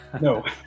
No